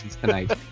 tonight